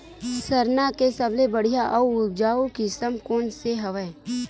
सरना के सबले बढ़िया आऊ उपजाऊ किसम कोन से हवय?